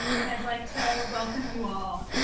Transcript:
and i'd like to welcome you all.